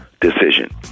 decision